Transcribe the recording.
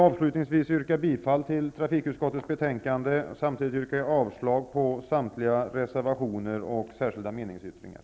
Avslutningsvis yrkar jag bifall till trafikutskottes hemställan och samtidigt avslag på samtliga reservationer och särskilda meningsyttringar.